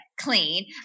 clean